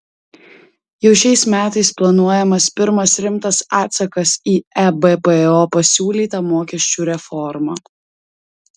jau šiais metais planuojamas pirmas rimtas atsakas į ebpo pasiūlytą mokesčių reformą